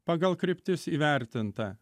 pagal kryptis įvertinta